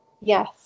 Yes